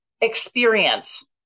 experience